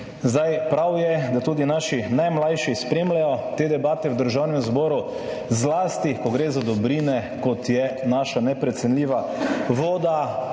Zdaj, prav je, da tudi naši najmlajši spremljajo te debate v Državnem zboru, zlasti, ko gre za dobrine, kot je naša neprecenljiva voda